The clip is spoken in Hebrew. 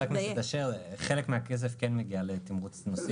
חבר הכנסת אשר, חלק מהכסף כן מגיע לתמרוץ נוסעים.